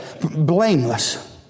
blameless